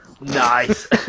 nice